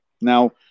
Now